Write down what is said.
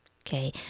okay